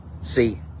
See